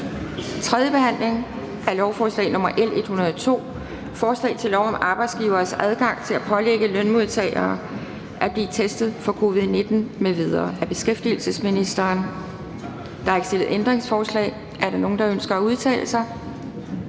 3. behandling af lovforslag nr. L 102: Forslag til lov om arbejdsgiveres adgang til at pålægge lønmodtagere at blive testet for covid-19 m.v. Af beskæftigelsesministeren (Peter Hummelgaard). (Fremsættelse